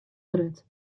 grut